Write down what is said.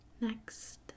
Next